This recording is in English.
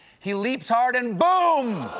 he leaps hard and boom!